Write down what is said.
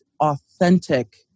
authentic